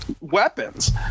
weapons